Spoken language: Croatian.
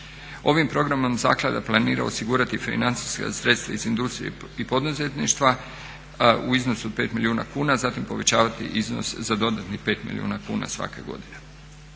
Ovim programom zaklada planira osigurati financijska sredstva iz industrije i poduzetništva u iznosu od 5 milijuna kuna, a zatim povećavati iznos za dodatnih 5 milijuna kuna svake godine.